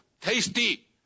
tasty